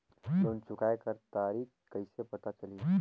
Loan चुकाय कर तारीक कइसे पता चलही?